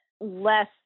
less